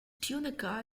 tunica